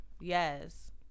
Yes